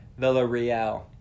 Villarreal